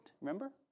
Remember